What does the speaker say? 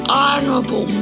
honorable